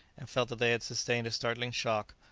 and felt that they had sustained a startling shock,